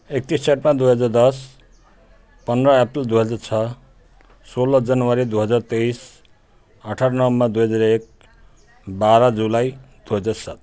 एकतिस दुई हजार दस पन्ध्र अप्रिल दुई हजार छ सोह्र जनवरी दुई हजार तेइस अठार नोभेम्बर दुई हजार एक बाह्र जुलाई दुई हजार सात